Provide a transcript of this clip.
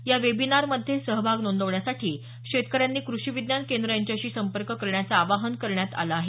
या वेबिनार मधे सहभाग नोंदवण्यासाठी शेतकऱ्यांनी कृषि विज्ञान केंद्र यांच्याशी संपर्क करण्याचं आवाहन करण्यात आलं आहे